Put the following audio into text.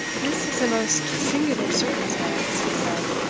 this is a most singular circumstance, he said,